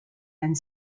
and